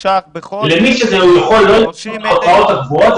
למי שזה יכול לא לכסות את ההוצאות הקבועות,